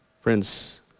Friends